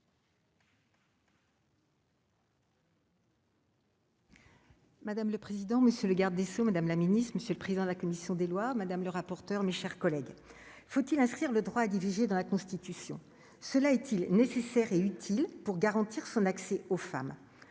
Madame le président, monsieur le garde des sceaux, Madame la Ministre, Monsieur le président de la commission des lois, madame le rapporteur, mes chers collègues, faut-il inscrire le droit à diviser dans la Constitution, cela est-il nécessaire et utile pour garantir son accès aux femmes,